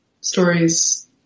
stories